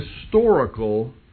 historical